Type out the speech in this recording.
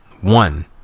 one